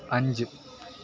അഞ്ച്